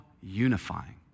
unifying